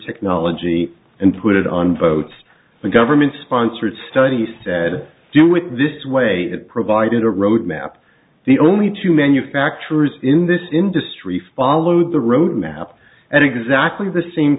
technology and put it on boats the government sponsored study said do it this way it provided a road map the only two manufacturers in this industry followed the road map and exactly the same